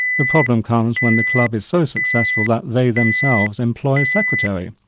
the problem comes when the club is so successful that they themselves employ a secretary.